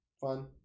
Fun